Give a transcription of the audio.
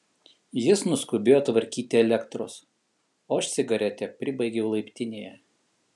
jis nuskubėjo tvarkyti elektros o aš cigaretę pribaigiau laiptinėje